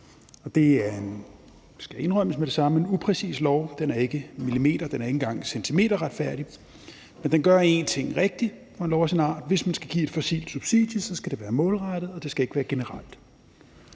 det indrømmes med det samme, en upræcis lov. Den er ikke millimeter-, den er ikke engang centimeterretfærdig, men den gør én ting rigtigt for en lov af sin art: Hvis man skal give et fossilt subsidie, skal det være målrettet, og det skal ikke være generelt.